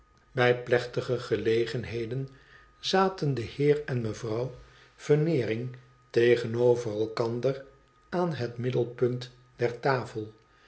ïbij plechtige gelegenheden zaten de heer en mevrouw veneering tegenover elkander aan het middelpunt der tafel